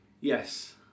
Yes